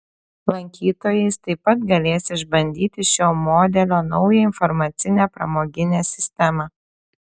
lankytojais taip pat galės išbandyti šio modelio naują informacinę pramoginė sistemą